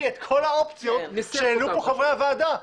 את כל האופציות שהעלו פה חברי הוועדה.